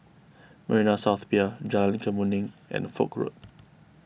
Marina South Pier Jalan Kemuning and Foch Road